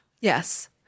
Yes